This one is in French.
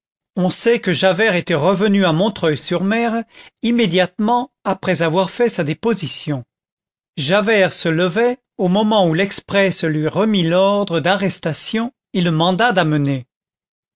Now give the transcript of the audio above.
on sait que javert était revenu à montreuil sur mer immédiatement après avoir fait sa déposition javert se levait au moment où l'exprès lui remit l'ordre d'arrestation et le mandat d'amener